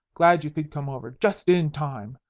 glad you could come over. just in time.